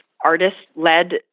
artist-led